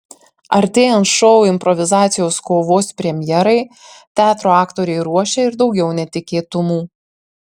artėjant šou improvizacijos kovos premjerai teatro aktoriai ruošia ir daugiau netikėtumų